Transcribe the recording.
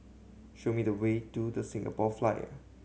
show me the way to The Singapore Flyer